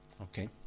Okay